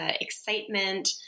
excitement